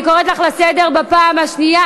אני קוראת לך לסדר בפעם השנייה.